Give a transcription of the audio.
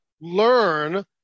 learn